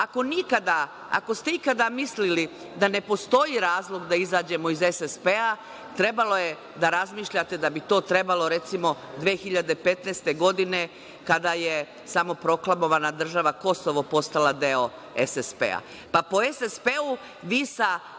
sporazuma? Ako ste ikada mislili da ne postoji razlog da izađemo iz SSP, trebalo je da razmišljate da bi to trebalo, recimo, 2015. godine, kada je samoproklamovana država Kosovo postala deo SSP. Pa, po SSP vi sa